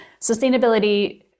sustainability